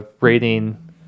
rating